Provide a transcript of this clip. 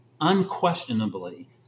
unquestionably